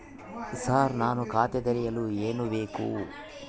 Sir ನಾನು ಖಾತೆ ತೆರೆಯಲು ಏನು ಬೇಕು?